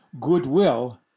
goodwill